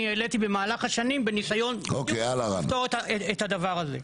העליתי במהלך השנים בדיוק בשביל לפתור את הדבר הזה.